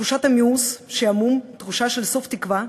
תחושת המיאוס, שעמום, תחושה של סוף תקווה,